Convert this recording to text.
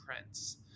Prince